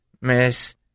Miss